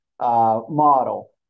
model